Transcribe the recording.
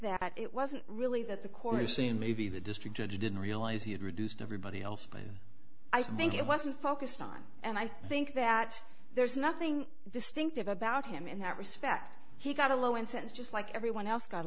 that it wasn't really that the court is saying maybe the district judge didn't realize he had reduced everybody else but i think it wasn't focused on and i think that there's nothing distinctive about him in that respect he got a low incidence just like everyone else got